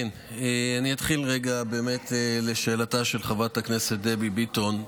אני אתחיל רגע בשאלתה של חברת הכנסת דבי ביטון.